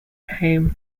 home